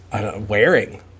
wearing